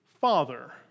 father